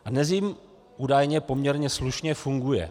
A dnes jim údajně poměrně slušně funguje.